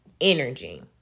energy